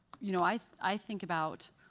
you know i i think about,